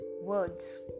words